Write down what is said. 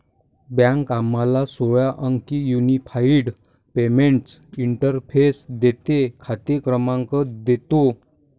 bank आम्हाला सोळा अंकी युनिफाइड पेमेंट्स इंटरफेस देते, खाते क्रमांक देतो